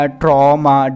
trauma